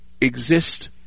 exist